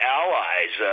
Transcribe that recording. allies